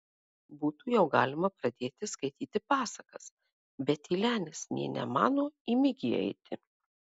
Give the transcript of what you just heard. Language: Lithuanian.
būtų jau galima pradėti skaityti pasakas bet tylenis nė nemano į migį eiti